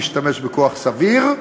להשתמש בכוח סביר,